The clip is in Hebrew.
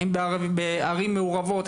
האם בערים מעורבות?